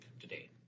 today